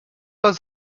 pas